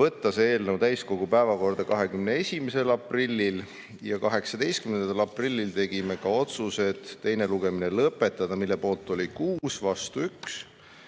võtta see eelnõu täiskogu päevakorda 21. aprillil. Ja 18. aprillil tegime otsuse teine lugemine lõpetada, selle poolt oli 6, vastu 1,